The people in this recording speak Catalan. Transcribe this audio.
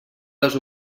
les